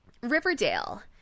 Riverdale